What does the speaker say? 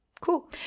Cool